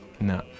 No